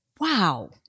Wow